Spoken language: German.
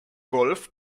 golf